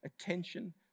attention